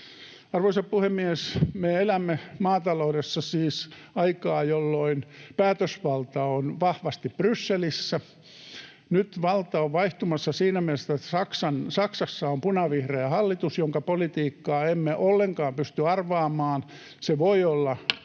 Arvoisa puhemies! Me elämme maataloudessa siis aikaa, jolloin päätösvalta on vahvasti Brysselissä. Nyt valta on vaihtumassa siinä mielessä, että Saksassa on punavihreä hallitus, jonka politiikkaa emme ollenkaan pysty arvaamaan. [Puhemies